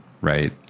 right